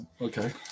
Okay